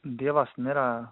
dievas nėra